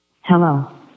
Hello